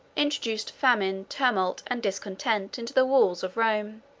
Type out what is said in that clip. introduced famine, tumult, and discontent, into the walls of rome.